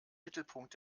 mittelpunkt